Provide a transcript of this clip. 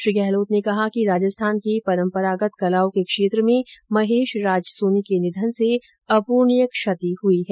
श्री गहलोत ने कहा कि राजस्थान की परम्परागत कलाओं के क्षेत्र में महेश राजसोनी के निधन से अप्रणीय क्षति हुई है